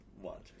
watch